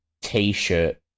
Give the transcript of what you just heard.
T-shirt